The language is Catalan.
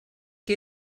que